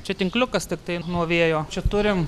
čia tinkliukas tiktai nuo vėjo čia turim